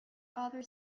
other